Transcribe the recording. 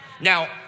Now